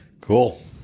Cool